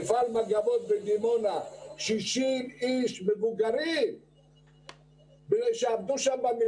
מפעל מגבות בדימונה של 60 אנשים מבוגרים שעבדו 30